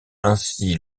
ainsi